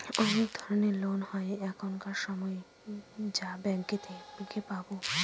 অনেক ধরনের লোন হয় এখানকার সময় যা ব্যাঙ্কে থেকে পাবো